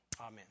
Amen